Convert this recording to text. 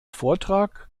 vortrag